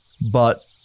but-